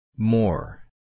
More